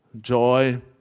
joy